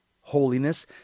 holiness